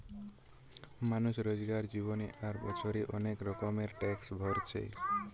মানুষ রোজকার জীবনে আর বছরে অনেক রকমের ট্যাক্স ভোরছে